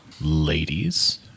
Ladies